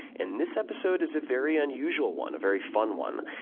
and this episode is a very unusual one, a very fun one,